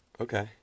Okay